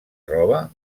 roba